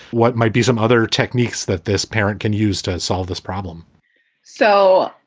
what might be some other techniques that this parent can use to solve this problem so,